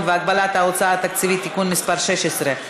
והגבלת ההוצאה התקציבית (תיקון מס' 16),